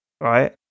right